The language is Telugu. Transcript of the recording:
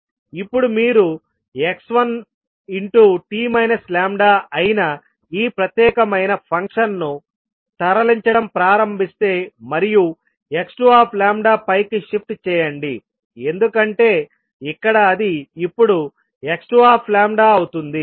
ఇప్పుడు మీరు x1t λ అయిన ఈ ప్రత్యేకమైన ఫంక్షన్ను తరలించడం ప్రారంభిస్తే మరియు x2పైకి షిఫ్ట్ చేయండి ఎందుకంటే ఇక్కడ అది ఇప్పుడు x2 అవుతుంది